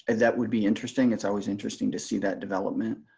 and that would be interesting. it's always interesting to see that development.